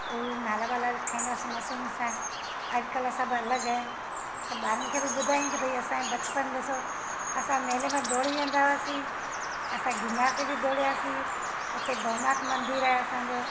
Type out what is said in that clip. उहा नाला ॿाला लिखाईंदा हुआसीं मसुनि सां अॼुकाल्ह सभु अलॻि आहिनि ॿारनि खे बि ॿुधायूं कि भई असांजो बचपन ॾिसो असां मेले में दौड़ी वेंदा हुआसीं असां गिरनार ते बि दौड़िया हुआसीं उते भवनाथ मंदरु आहे असांजो